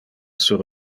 sur